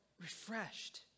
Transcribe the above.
refreshed